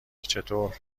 چطور